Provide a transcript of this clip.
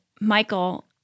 Michael